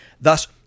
Thus